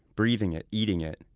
breathing it, eating it.